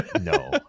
no